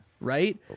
right